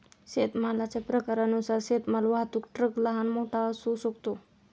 शेतमालाच्या प्रकारानुसार शेतमाल वाहतूक ट्रक लहान, मोठा असू शकतो